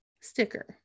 sticker